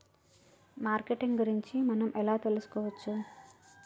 Marketing గురించి మనం ఎలా తెలుసుకోవచ్చు?